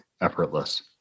effortless